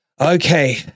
Okay